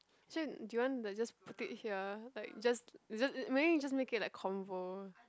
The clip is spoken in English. so do you want like just put it here like just you just maybe you just make it like convo